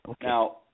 Now